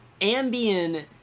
Ambien